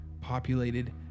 populated